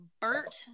Bert